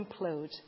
implode